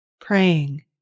praying